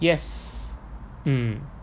yes mm